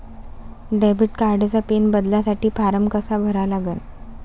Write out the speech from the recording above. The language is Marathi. डेबिट कार्डचा पिन बदलासाठी फारम कसा भरा लागन?